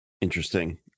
Interesting